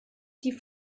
diese